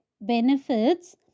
benefits